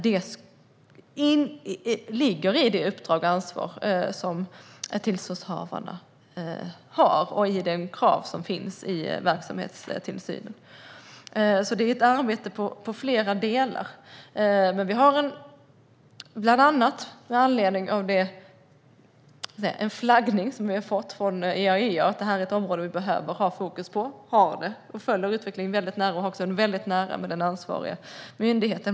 Detta ligger i tillståndshavarnas uppdrag och de krav som finns vad gäller verksamhetstillsynen. Det är ett arbete i flera delar. Det har flaggats från IAEA att det här är ett område som vi behöver ha fokus på, och det har vi också. Vi följer utvecklingen väldigt nära, tillsammans med den ansvariga myndigheten.